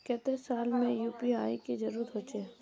केते साल में यु.पी.आई के जरुरत होचे?